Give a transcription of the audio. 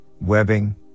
webbing